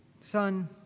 son